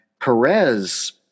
Perez